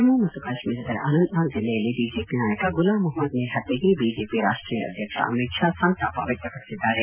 ಜಮ್ನು ಕಾಶ್ನೀರದಲ್ಲಿ ಅನಂತನಾಗ್ ಜಿಲ್ಲೆಯಲ್ಲಿ ಬಿಜೆಪಿ ನಾಯಕ ಗುಲಾಂ ಮೆಹಮೊದ್ ಮೀರ್ ಹತ್ಲೆಗೆ ಬಿಜೆಪಿ ರಾಷ್ಟೀಯ ಅಧ್ಯಕ್ಷ ಅಮೀತ್ ಷಾ ಸಂತಾಪ ವ್ಯಕ್ತಪಡಿಸಿದ್ದಾರೆ